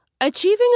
Achieving